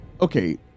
Okay